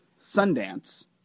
Sundance